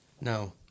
no